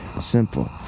simple